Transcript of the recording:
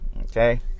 okay